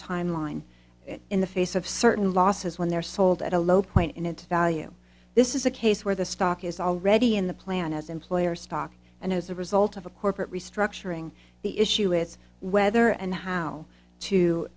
time line in the face of certain losses when they're sold at a low point in its value this is a case where the stock is already in the plan as employer stock and as a result of a corporate restructuring the issue is whether and how to